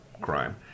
crime